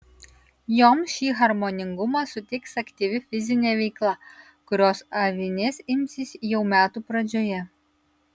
joms šį harmoningumą suteiks aktyvi fizinė veikla kurios avinės imsis jau metų pradžioje